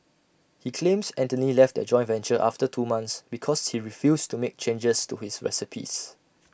he claims Anthony left their joint venture after two months because he refused to make changes to his recipes